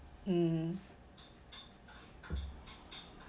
mm